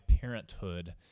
parenthood